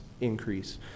increase